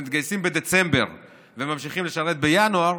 מתגייסים בדצמבר וממשיכים לשרת בינואר,